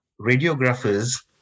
radiographers